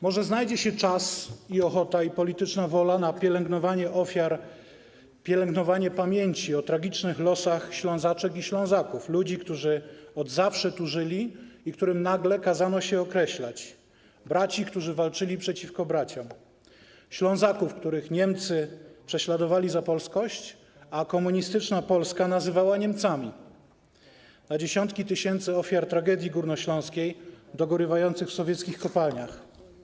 Może znajdzie się czas, ochota i polityczna wola, by pielęgnować pamięć o tragicznych losach Ślązaczek i Ślązaków, ludzi, którzy od zawsze tu żyli i którym nagle kazano się określać, braci, którzy walczyli przeciwko braciom, Ślązaków, których Niemcy prześladowali za polskość, a komunistyczna Polska nazywała Niemcami, i o dziesiątkach tysięcy ofiar tragedii górnośląskiej dogorywających w sowieckich kopalniach.